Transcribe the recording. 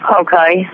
Okay